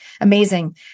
Amazing